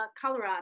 Colorado